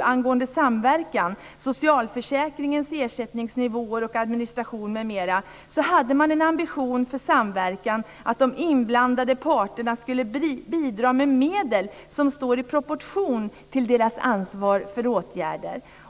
angående samverkan, socialförsäkringens ersättningsnivåer och administration m.m. hade man en ambition för samverkan. De inblandade parterna skulle bidra med medel som stod i proportion till deras ansvar för åtgärder.